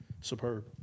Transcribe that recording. superb